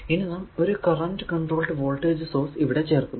ഇനി നാം ഒരു കറന്റ് കൺട്രോൾഡ് വോൾടേജ് സോഴ്സ് ഇവിടെ ചേർക്കുന്നു